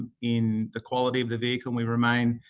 in the quality of the vehicle. we remain